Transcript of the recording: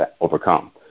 overcome